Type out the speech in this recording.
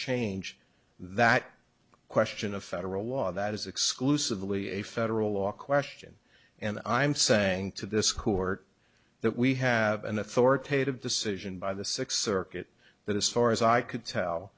change that question a federal law that is exclusively a federal law question and i'm saying to this court that we have an authoritative decision by the six circuit that as far as i could tell